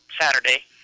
Saturday